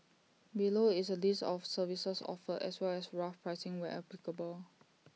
below is A list of services offered as well as rough pricing where applicable